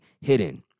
hidden